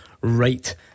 right